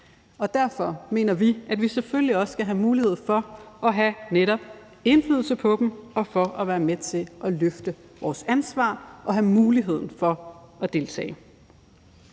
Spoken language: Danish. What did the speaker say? ej. Derfor mener vi, at vi selvfølgelig også skal have mulighed for at have netop indflydelse på dem og for at være med til at løfte vores ansvar og have muligheden for at deltage.